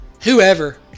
whoever